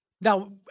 now